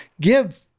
give